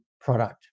product